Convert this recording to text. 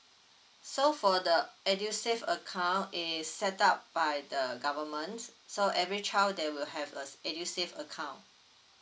so for the edusave account is set up by the government so every child they will have a edusave account